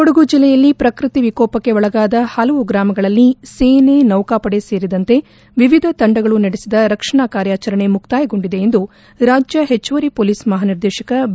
ಕೊಡಗು ಜಿಲ್ಲೆಯಲ್ಲಿ ಪ್ರಕೃತಿ ವಿಕೋಪಕ್ಕೆ ಒಳಗಾದ ಹಲವು ಗ್ರಾಮಗಳಲ್ಲಿ ಸೇನೆ ನೌಕಪಡೆ ಸೇರಿದಂತೆ ವಿವಿಧ ತಂಡಗಳು ನಡೆಸಿದ ರಕ್ಷಣಾ ಕಾರ್ಯಾಚರಣೆ ಮುಕ್ತಾಯಗೊಂಡಿದೆ ಎಂದು ರಾಜ್ಯ ಹೆಚ್ಚುವರಿ ಪೊಲೀಸ್ ಮಹಾನಿರ್ದೇಶಕ ಬಿ